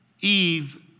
Eve